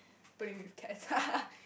playing with cats